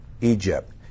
Egypt